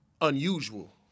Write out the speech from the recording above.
unusual